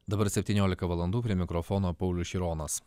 dabar septyniolika valandų prie mikrofono paulius šironas